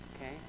okay